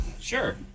Sure